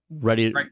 ready